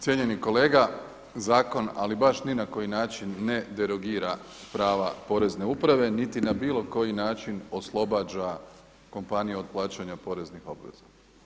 Cijenjeni kolega, zakon ali baš ni na koji način ne derogira prava Porezne uprave niti na bilo koji način oslobađa kompaniju od plaćanja poreznih obveza.